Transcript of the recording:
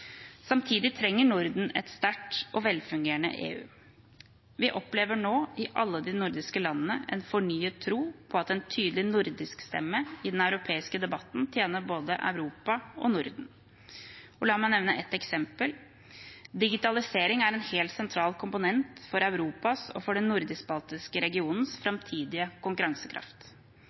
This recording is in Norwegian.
Samtidig trenger Norden et sterkt og velfungerende EU. Vi opplever nå i alle de nordiske landene en fornyet tro på at en tydelig nordisk stemme i den europeiske debatten tjener både Europa og Norden. La meg nevne ett eksempel: Digitalisering er en helt sentral komponent for Europa og for den nordisk-baltiske regionens framtidige konkurransekraft.